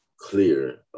clear